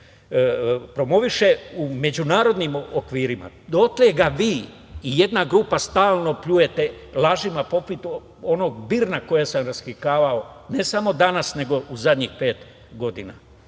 promoviše u međunarodnim okvirima dotle ga vi i jedna grupa stalno pljujete lažima poput onog BIRN koga sam raskrinkavao ne samo danas nego u zadnjih pet godina.